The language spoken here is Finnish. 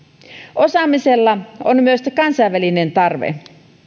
osaamiselle on myös kansainvälinen tarve